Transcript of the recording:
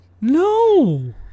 No